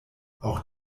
auch